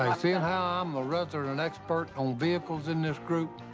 seeing how i'm the resident and expert on vehicles in this group,